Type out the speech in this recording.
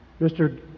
Mr